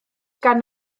gan